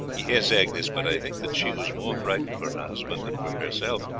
yes, agnes, but i think that she was more frightened for her husband than for herself,